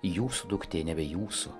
jūsų duktė nebe jūsų